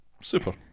Super